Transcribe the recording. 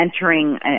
entering